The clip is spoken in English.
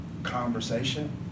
conversation